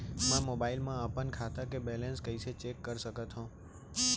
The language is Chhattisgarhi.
मैं मोबाइल मा अपन खाता के बैलेन्स कइसे चेक कर सकत हव?